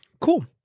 Cool